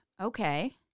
Okay